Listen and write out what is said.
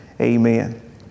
Amen